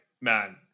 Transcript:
man